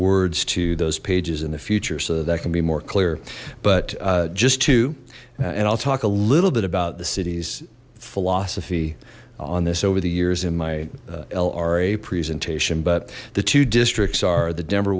words to those pages in the future so that can be more clear but just to and i'll talk a little bit about the city's philosophy on this over the years in my lra presentation but the two districts are the denver